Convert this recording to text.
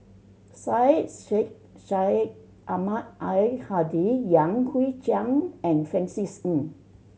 Syed Sheikh Syed Ahmad Al Hadi Yan Hui Chang and Francis Ng